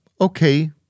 okay